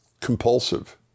compulsive